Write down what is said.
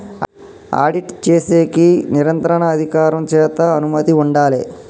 audit చేసేకి నియంత్రణ అధికారం చేత అనుమతి ఉండాలే